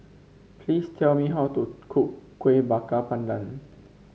please tell me how to cook Kueh Bakar Pandan